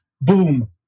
Boom